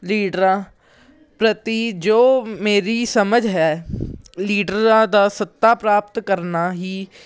ਲੀਡਰਾਂ ਪ੍ਰਤੀ ਜੋ ਮੇਰੀ ਸਮਝ ਹੈ ਲੀਡਰਾਂ ਦਾ ਸੱਤਾ ਪ੍ਰਾਪਤ ਕਰਨਾ ਹੀ